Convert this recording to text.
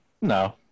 No